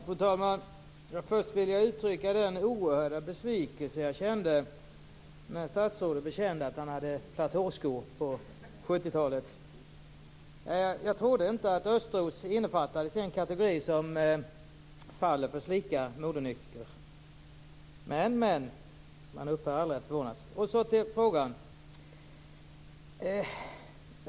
Fru talman! Först vill jag uttrycka den oerhörda besvikelse jag kände när statsrådet bekände att han hade platåskor på 70-talet. Jag trodde inte att Östros innefattades i den kategori som faller för slika modenycker, men man upphör aldrig att förvånas. Jag går så över till frågan.